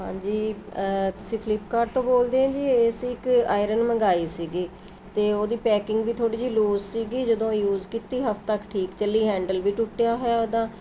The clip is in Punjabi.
ਹਾਂਜੀ ਤੁਸੀਂ ਫਲਿੱਪਕਾਟ ਤੋਂ ਬੋਲਦੇ ਆ ਜੀ ਅਸੀਂ ਇੱਕ ਆਇਰਨ ਮੰਗਵਾਈ ਸੀਗੀ ਅਤੇ ਉਹਦੀ ਪੈਕਿੰਗ ਵੀ ਥੋੜ੍ਹੀ ਜਿਹੀ ਲੂਸ ਸੀਗੀ ਜਦੋਂ ਯੂਜ਼ ਕੀਤੀ ਹਫਤਾ ਕੁ ਠੀਕ ਚੱਲੀ ਹੈਂਡਲ ਵੀ ਟੁੱਟਿਆ ਹੈ ਉਹਦਾ